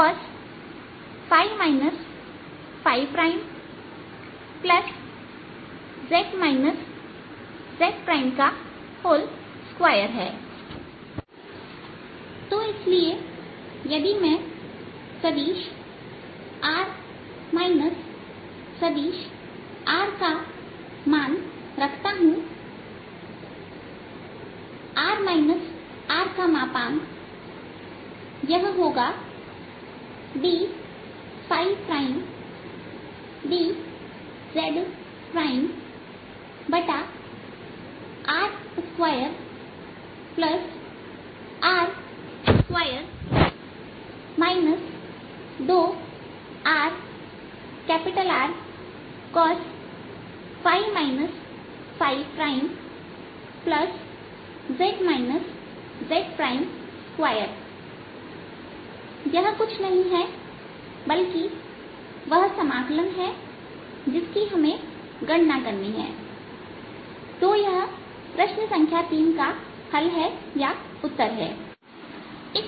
तो इसलिए यदि मैं सदिश r सदिश R का मान रखता हूं r Rयह होगा d dzr2R2 2rR cos z z2यह कुछ नहीं है वह समाकलन है जिसकी हमें गणना करनी है तो यह प्रश्न संख्या 3 का हल उत्तर है